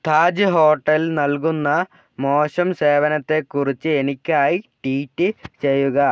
Taj hotel നൽകുന്ന മോശം സേവനത്തെക്കുറിച്ച് എനിക്കായി ട്വീറ്റ് ചെയ്യുക